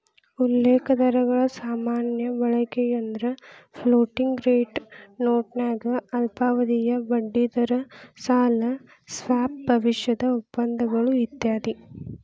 ಉಲ್ಲೇಖ ದರಗಳ ಸಾಮಾನ್ಯ ಬಳಕೆಯೆಂದ್ರ ಫ್ಲೋಟಿಂಗ್ ರೇಟ್ ನೋಟನ್ಯಾಗ ಅಲ್ಪಾವಧಿಯ ಬಡ್ಡಿದರ ಸಾಲ ಸ್ವಾಪ್ ಭವಿಷ್ಯದ ಒಪ್ಪಂದಗಳು ಇತ್ಯಾದಿ